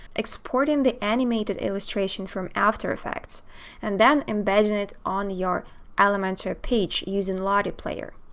exporting the animated illustration from after effects and then embedding it on your elementor page using lottie player.